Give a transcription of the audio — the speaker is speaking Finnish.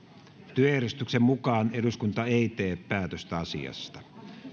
työjärjestyksen mukaan eduskunta ei tee päätöstä asiasta